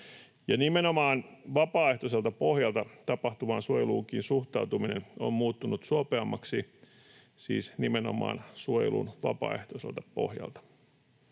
nimenomaan vapaaehtoiselta pohjalta tapahtuvaankin suojeluun suhtautuminen on muuttunut suopeammaksi, siis nimenomaan suojeluun vapaaehtoiselta pohjalta.